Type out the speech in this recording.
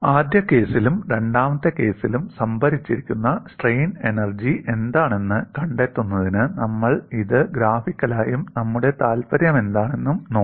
ആദ്യ കേസിലും രണ്ടാമത്തെ കേസിലും സംഭരിച്ചിരിക്കുന്ന സ്ട്രെയിൻ എനർജി എന്താണെന്ന് കണ്ടെത്തുന്നതിന് നമ്മൾ ഇത് ഗ്രാഫിക്കലായും നമ്മുടെ താൽപ്പര്യമെന്താണെന്നും നോക്കും